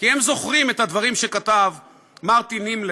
כי הם זוכרים את הדברים שכתב מרטין נימלר,